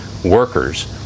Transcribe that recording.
workers